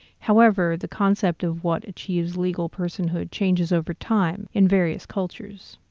however, the concept of what achieves legal personhood changes over time in various cultures.